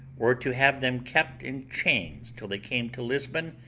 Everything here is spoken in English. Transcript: or to have them kept in chains till they came to lisbon,